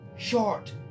Short